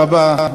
תודה רבה.